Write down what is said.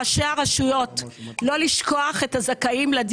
הרי אמרו שלא יתקיים משא ומתן,